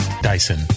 Dyson